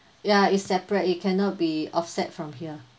ya it's separate it cannot be offset from here